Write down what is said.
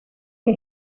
que